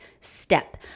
step